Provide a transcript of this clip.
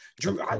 Drew